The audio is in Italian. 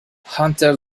hunter